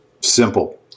Simple